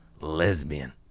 Lesbian